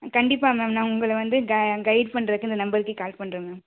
கண்டிப்பாக மேம் நான் உங்களை வந்து க கைட் பண்ணுறதுக்கு இந்த நம்பருக்கே கால் பண்ணுறேன் மேம்